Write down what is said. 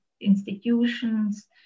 institutions